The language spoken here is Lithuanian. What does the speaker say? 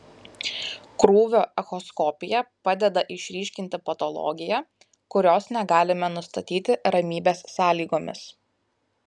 krūvio echoskopija padeda išryškinti patologiją kurios negalime nustatyti ramybės sąlygomis